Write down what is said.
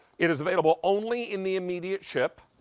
it is available only in the immediate ship.